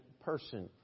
person